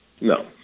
No